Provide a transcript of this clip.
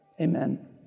Amen